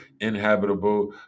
inhabitable